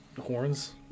horns